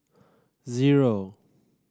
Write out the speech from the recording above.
zero